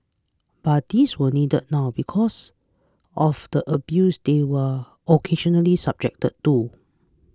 but these were needed now because of the abuse they were occasionally subjected to